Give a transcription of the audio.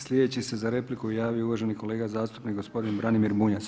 Slijedeći se za repliku javio uvaženi kolega zastupnik gospodin Branimir Bunjac.